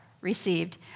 received